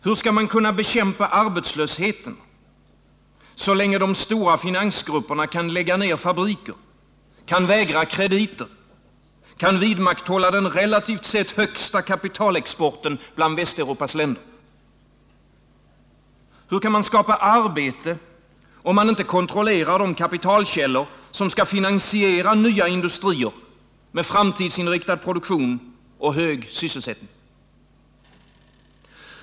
Hur skall man kunna bekämpa arbetslösheten, så länge de stora finansgrupperna kan lägga ned fabriker, kan vägra krediter, kan vidmakthålla den relativt sett högsta kapitalexporten bland Västeuropas länder? Hur kan man skapa arbete, om man inte kontrollerar de kapitalkällor, som skall finansiera nya industrier med framtidsinriktad produktion och hög sysselsättning?